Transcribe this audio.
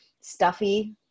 stuffy